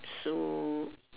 so